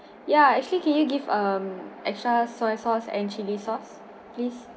ya actually can you give um extra soy sauce and chili sauce please